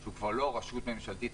שהוא לא רשות ממשלתית,